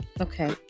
Okay